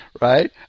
Right